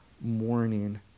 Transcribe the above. morning